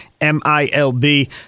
M-I-L-B